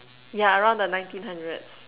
yeah around the nineteen hundreds